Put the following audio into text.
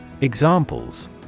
Examples